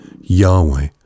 Yahweh